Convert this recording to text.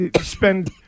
spend